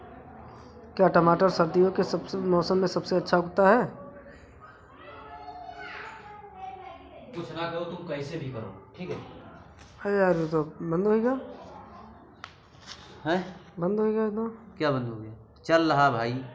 क्या टमाटर सर्दियों के मौसम में सबसे अच्छा उगता है?